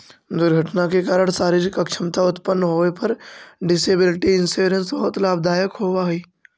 दुर्घटना के कारण शारीरिक अक्षमता उत्पन्न होवे पर डिसेबिलिटी इंश्योरेंस बहुत लाभदायक होवऽ हई